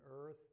earth